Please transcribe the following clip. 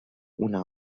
una